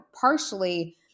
partially